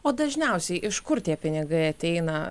o dažniausiai iš kur tie pinigai ateina